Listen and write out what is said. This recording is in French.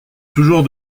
toujours